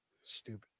Stupid